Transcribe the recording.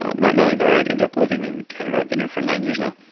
not knowing that i would end up living in canada. i've been here for nine years now,